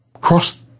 cross